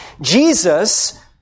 Jesus